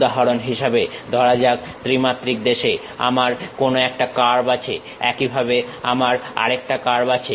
উদাহরণ হিসেবে ধরা যাক ত্রিমাত্রিক দেশে আমার কোনো একটা কার্ভ আছে একইভাবে আমার আরেকটা কার্ভ আছে